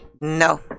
No